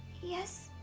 yes.